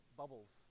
bubbles